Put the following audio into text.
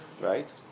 Right